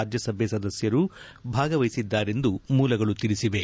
ರಾಜ್ಯಸಭೆ ಸದಸ್ಯರು ಭಾಗವಹಿಸಿದ್ದಾರೆಂದು ಮೂಲಗಳು ತಿಳಿಸಿವೆ